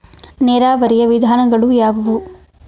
ನೀರಾವರಿಯ ವಿಧಾನಗಳು ಯಾವುವು?